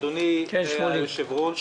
אדוני היושב-ראש